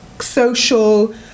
social